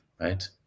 right